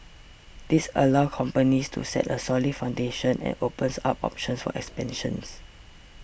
this allow companies to set a solid foundation and opens up options for expansions